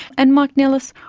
and mike nellis,